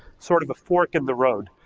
sort of a fork in the road.